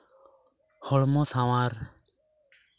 ᱦᱚᱲᱢᱚ ᱥᱟᱶᱟᱨ